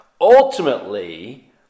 ultimately